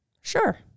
Sure